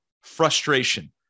frustration